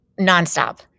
nonstop